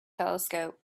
telescope